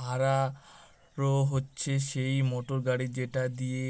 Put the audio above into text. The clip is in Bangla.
হাররো হচ্ছে সেই মোটর গাড়ি যেটা দিয়ে